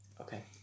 Okay